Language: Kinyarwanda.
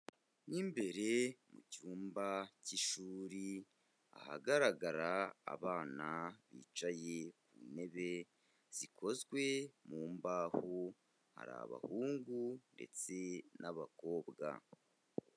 Mo imbere mu cyumba cy'ishuri, ahagaragara abana bicaye ku ntebe zikozwe mu mbaho, hari abahungu ndetse n'abakobwa.